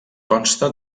consta